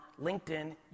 LinkedIn